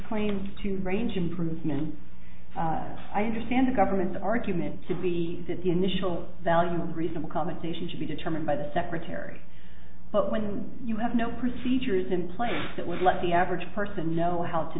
claims to range improvement i understand the government's argument to be that the initial value of recent accommodation should be determined by the secretary but when you have no procedures in place that would let the average person know how to